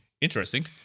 interesting